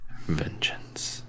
vengeance